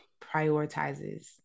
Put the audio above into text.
prioritizes